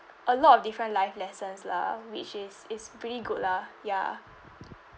a lot of different life lessons lah which is is pretty good lah ya